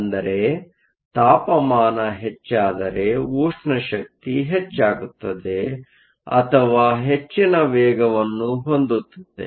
ಅಂದರೆ ತಾಪಮಾನ ಹೆಚ್ಚಾದರೆ ಉಷ್ಣ ಶಕ್ತಿ ಹೆಚ್ಚಾಗುತ್ತದೆ ಅಥವಾ ಹೆಚ್ಚಿನ ವೇಗವನ್ನು ಹೊಂದುತ್ತದೆ